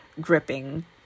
gripping